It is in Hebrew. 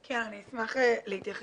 כן, אני אשמח להתייחס.